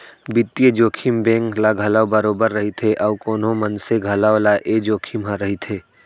बित्तीय जोखिम बेंक ल घलौ बरोबर रइथे अउ कोनो मनसे घलौ ल ए जोखिम ह रइथे